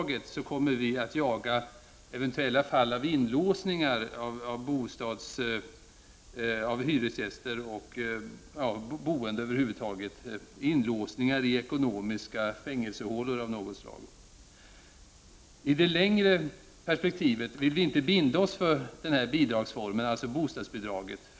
På samma sätt kommer vi att jaga eventuella fall av inlåsningar av hyresgäster och boende i ekonomiska fängelsehålor av något slag. I det längre perspektivet vill vi inte binda oss till bostadsbidraget.